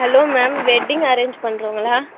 hello ma'am wedding arrange பண்ணுறவங்களா